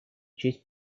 честь